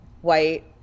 white